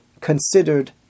considered